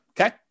okay